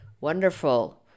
Wonderful